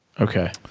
Okay